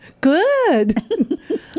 Good